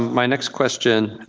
um my next question,